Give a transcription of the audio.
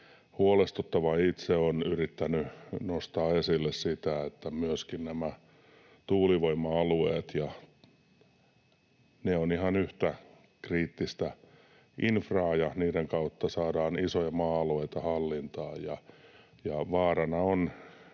huolestuttavaa, ja itse olen yrittänyt nostaa esille sitä, että myöskin tuulivoima-alueet ovat ihan yhtä kriittistä infraa ja niiden kautta saadaan isoja maa-alueita hallintaan